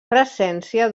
presència